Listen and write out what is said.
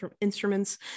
instruments